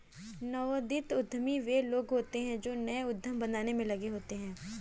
नवोदित उद्यमी वे लोग होते हैं जो नए उद्यम बनाने में लगे होते हैं